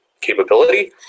capability